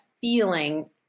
feeling